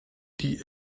die